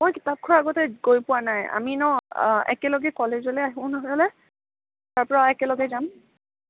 মই কিতাপঘৰ আগতে গৈ পোৱা নাই আমি ন একেলগে কলেজলৈ আহোঁ নহ'লে তাৰপৰা একেলগে যাম